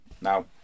now